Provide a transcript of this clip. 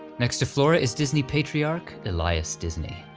next to flora is disney patriarch, elias disney.